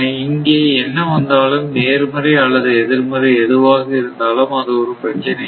இங்கே என்ன வந்தாலும் நேர்மறை அல்லது எதிர்மறை எதுவாக இருந்தாலும் அது ஒரு பிரச்சனை இல்லை